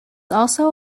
also